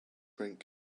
rink